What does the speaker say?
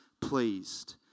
pleased